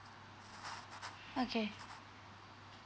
okay